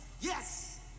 yes